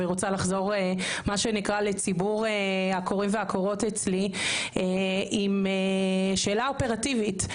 רוצה לחזור לציבור הקוראים והקוראות אצלי עם שאלה אופרטיבית.